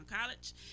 College